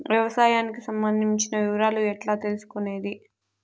వ్యవసాయానికి సంబంధించిన వివరాలు ఎట్లా తెలుసుకొనేది?